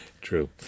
True